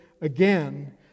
again